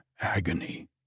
agony